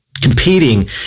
competing